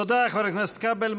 תודה לחבר הכנסת כבל.